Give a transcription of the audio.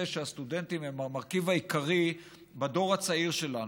שהסטודנטים הם המרכיב העיקרי בדור הצעיר שלנו.